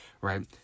right